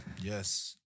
Yes